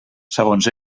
segons